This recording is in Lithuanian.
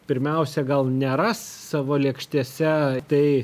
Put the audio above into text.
pirmiausia gal neras savo lėkštėse tai